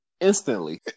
instantly